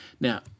Now